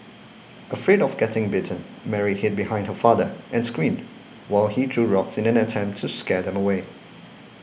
afraid of getting bitten Mary hid behind her father and screamed while he threw rocks in an attempt to scare them away